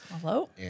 Hello